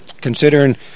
considering